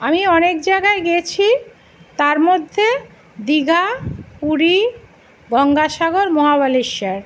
আমি অনেক জায়গায় গিয়েছি তার মধ্যে দীঘা পুরী গঙ্গাসাগর মহাবালেশ্বর